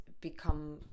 become